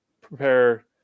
prepare